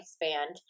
expand